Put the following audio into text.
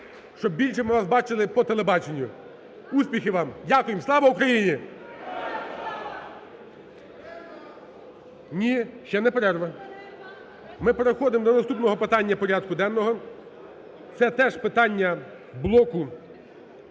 щоб більше ми вас бачили по телебаченню. Успіхів вам. Дякуємо. Слава Україні! Ні, ще не перерва. Ми переходимо до наступного питання порядку денного. Це теж питання блоку